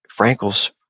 Frankel's